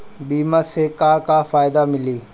बीमा से का का फायदा मिली?